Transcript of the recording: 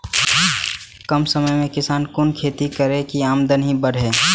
कम समय में किसान कुन खैती करै की आमदनी बढ़े?